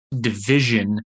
division